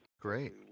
great